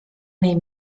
nei